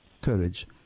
Courage